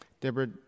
Deborah